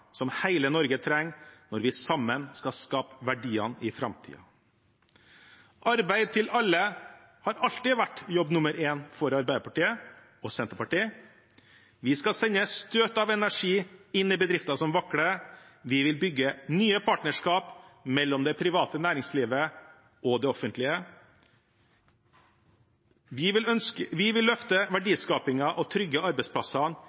som hele Norge trenger når vi sammen skal skape verdiene i framtiden. Arbeid til alle har alltid vært jobb nummer én for Arbeiderpartiet og Senterpartiet. Vi skal sende støt av energi inn i bedrifter som vakler. Vi vil bygge nye partnerskap mellom det private næringslivet og det offentlige. Vi vil løfte verdiskapingen og trygge arbeidsplassene i hele Norge, vi vil